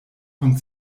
von